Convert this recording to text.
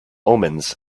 omens